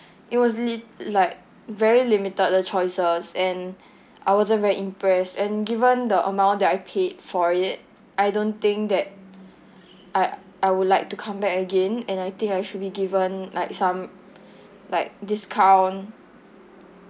it was li~ like very limited the choices and I wasn't very impressed and given the amount that I paid for it I don't think that I I would like to come back again and I think I should be given like some like discount